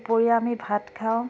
দুপৰীয়া আমি ভাত খাওঁ